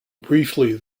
briefly